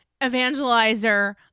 evangelizer